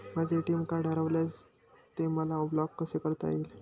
माझे ATM card हरविल्यास ते मला ब्लॉक कसे करता येईल?